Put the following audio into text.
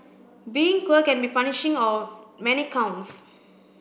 being poor can be punishing on many counts